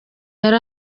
yari